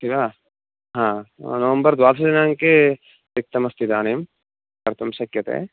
किल हां नवम्बर् द्वादशदिनाङ्के रिक्तम् अस्ति इदानीं कर्तुं शक्यते